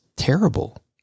terrible